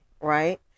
right